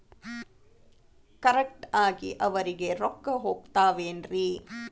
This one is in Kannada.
ಕರೆಕ್ಟ್ ಆಗಿ ಅವರಿಗೆ ರೊಕ್ಕ ಹೋಗ್ತಾವೇನ್ರಿ?